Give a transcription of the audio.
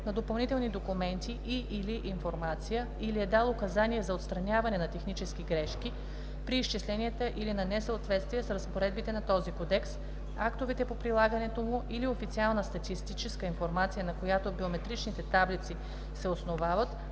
на допълнителни документи и/или информация или е дал указания за отстраняване на технически грешки при изчисленията или на несъответствия с разпоредбите на този кодекс, актовете по прилагането му или официална статистическа информация, на която биометричните таблици се основават